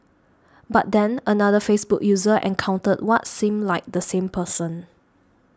but then another Facebook user encountered what seemed like the same person